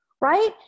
right